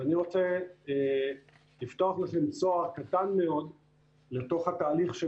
ואני רוצה לפתוח לכם צוהר קטן מאוד לתוך התהליך של